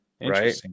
Right